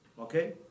Okay